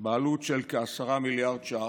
בעלות של כ-10 מיליארד שקלים,